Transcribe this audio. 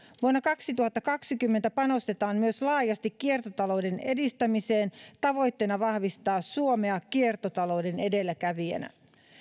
vuonna kaksituhattakaksikymmentä panostetaan myös laajasti kiertotalouden edistämiseen tavoitteena vahvistaa suomea kiertotalouden edelläkävijänä